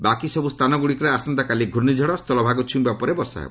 ବାକିସବୁ ସ୍ଥାନ ଗୁଡ଼ିକରେ ଆସନ୍ତା କାଲି ଘୂର୍ଷ୍ଣିଝଡ଼ ସ୍ଥଳଭାଗ ଛୁଇଁବା ପରେ ବର୍ଷା ହେବ